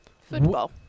Football